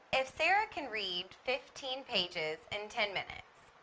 if sara can read fifteen pages in ten minutes,